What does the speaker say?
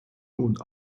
und